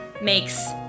makes